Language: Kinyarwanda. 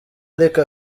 ariko